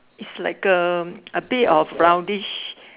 is like a a bit of roundish